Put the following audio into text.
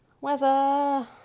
weather